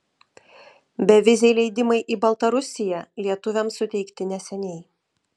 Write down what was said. beviziai leidimai į baltarusiją lietuviams suteikti neseniai